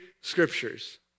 scriptures